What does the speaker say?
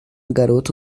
garota